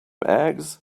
eggs